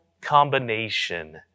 combination